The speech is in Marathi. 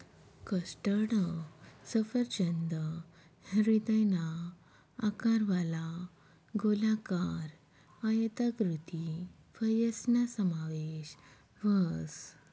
कस्टर्ड सफरचंद हृदयना आकारवाला, गोलाकार, आयताकृती फयसना समावेश व्हस